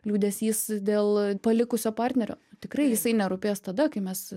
liūdesys dėl palikusio partnerio tikrai jisai nerūpės tada kai mes